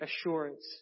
assurance